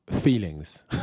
feelings